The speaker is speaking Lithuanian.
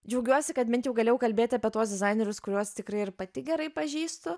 džiaugiuosi kad bent jau galėjau kalbėti apie tuos dizainerius kuriuos tikrai ir pati gerai pažįstu